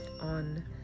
on